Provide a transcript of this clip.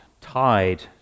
tied